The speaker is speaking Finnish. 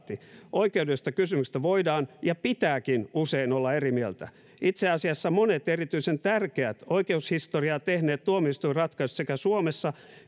oikeudellisista kysymyksistä voidaan ja pitääkin usein olla eri mieltä itse asiassa monet erityisen tärkeät oikeushistoriaa tehneet tuomioistuinratkaisut sekä suomessa